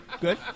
Good